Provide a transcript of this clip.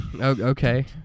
okay